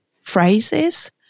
phrases